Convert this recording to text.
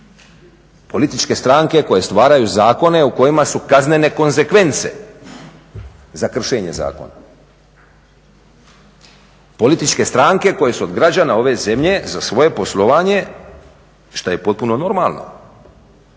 Političke stranke koje stvaraju zakone u kojima su kaznene konzekvence za kršenje zakona. Političke stranke koje su od građana ove zemlje za svoje poslovanje šta je potpuno normalno